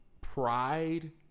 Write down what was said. pride